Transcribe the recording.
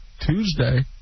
Tuesday